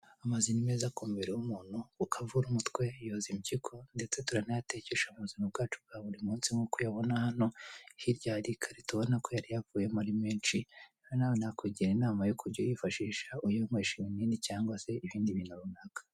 Amazi ni meza ku mubiri w'umuntu kuko avura umutwe, yoza impyiko ndetse turanayatekesha mu buzima bwacu bwa buri munsi nk'uko uyabona hano, hirya hari ikarito ubona ko yari yavuyemo ari menshi, nawe nakugira inama yo kujya uyifashisha uyanywesha ibinini cyangwa se ibindi bintu runaka.